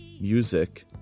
music